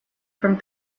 from